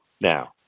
now